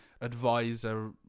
advisor